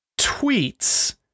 tweets